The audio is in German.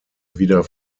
wieder